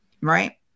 Right